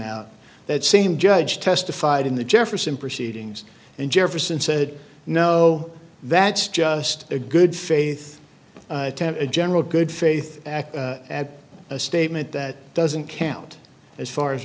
out that same judge testified in the jefferson proceedings and jefferson said no that's just a good faith a general good faith act at a statement that doesn't count as far as